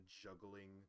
juggling